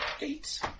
Eight